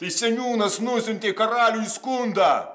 tai seniūnas nusiuntė karaliui skundą